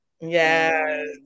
Yes